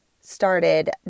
started